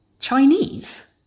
Chinese